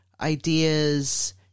ideas